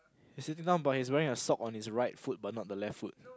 you sitting down wearing a sock on his right foot but not the left foot